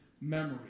memory